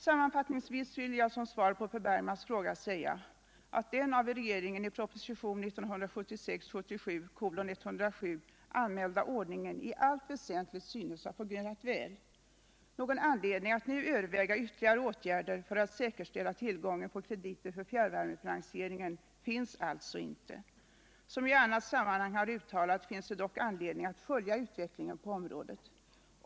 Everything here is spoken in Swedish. Sammanfattningsvis vill jag som svar på Per Bergmans fråga säga att den av regeringen i propositionen 1976/77:107 anmälda ordningen i allt väsentligt synes ha fungerat väl. Någon anledning att nu överväga ytterligare åtgärder för att säkerställa tillgången på krediter för fjärrvärmefinansieringen finns alltså inte. Som jag i annat sammanhang har uttalat finns det dock anledning att följa utvecklingen på området.